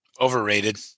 Overrated